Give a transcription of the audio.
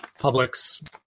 Publix